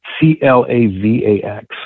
C-L-A-V-A-X